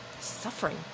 suffering